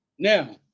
now